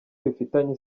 bifitanye